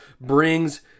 brings